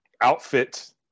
outfit